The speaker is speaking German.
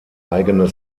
eigene